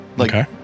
Okay